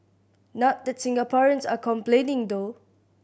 not that Singaporeans are complaining though